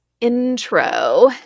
intro